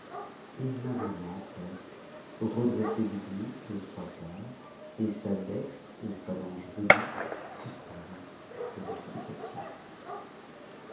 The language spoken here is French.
aimablement presque redressé du buste aux trois quarts et sa dextre aux phalanges velues suspendue au-dessus du papier